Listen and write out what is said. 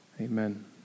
Amen